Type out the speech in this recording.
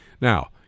Now